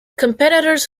competitors